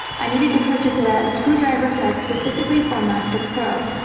i needed to purchase a screwdriver set specifically for macbook pro,